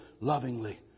Lovingly